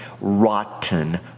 rotten